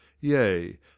Yea